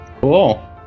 Cool